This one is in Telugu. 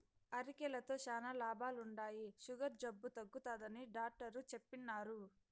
అరికెలతో శానా లాభాలుండాయి, సుగర్ జబ్బు తగ్గుతాదని డాట్టరు చెప్పిన్నారు